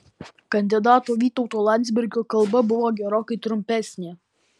kandidato vytauto landsbergio kalba buvo gerokai trumpesnė